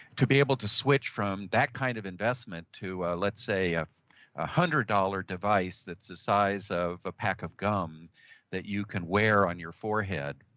to be able to switch from that kind of investment to, let's say, one ah hundred dollars device that's the size of a pack of gum that you can wear on your forehead,